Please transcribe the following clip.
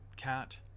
cat